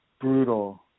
brutal